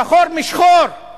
שחור משחור.